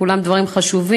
כולם דברים חשובים,